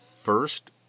First